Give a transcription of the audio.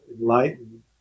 enlightened